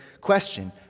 question